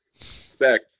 Spec